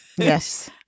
yes